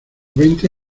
veinte